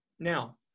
Now